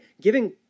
giving